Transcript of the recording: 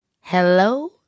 Hello